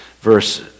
Verse